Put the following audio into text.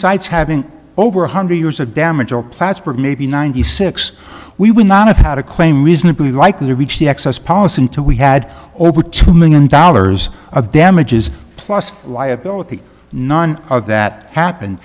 sites having over one hundred years of damage or plattsburgh maybe ninety six we would not of how to claim reasonably likely to reach the access policy until we had over two million dollars of damages plus liability none of that happened